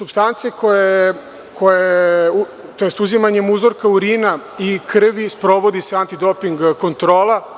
Uzimanjem uzorka urina i krvi sprovodi se antidoping kontrola.